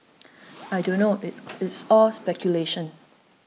I don't know it's all speculation